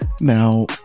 now